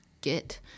get